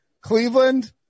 Cleveland